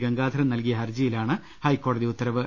ഗംഗാധരൻ നൽകിയ ഹർജിയിലാണ് ഹൈക്കോടതി ഉത്തരവ്